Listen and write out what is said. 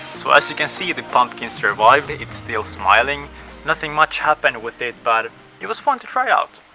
so as you can see the pumpkin survived, it's still smiling nothing much happened with it, but it was fun to try out!